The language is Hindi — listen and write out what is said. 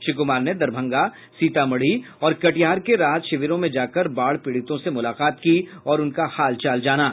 श्री कुमार ने दरभंगा सीतामढ़ी और कटिहार के राहत शिविरों में जाकर बाढ़ पीड़ितों से मूलाकात की और उनका हाल जाना